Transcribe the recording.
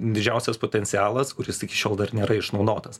didžiausias potencialas kuris iki šiol dar nėra išnaudotas